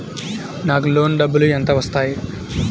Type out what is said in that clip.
నాకు లోన్ డబ్బులు ఎంత వస్తాయి?